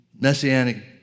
messianic